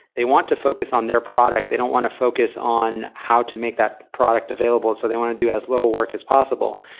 they want to focus on their product. they don't want to focus on how to make that product available. so they want to do as little work as possible.